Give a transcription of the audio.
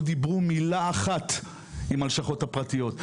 אבל לא דיברו מילה אחת עם הלשכות הפרטיות.